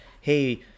hey –